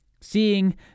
Seeing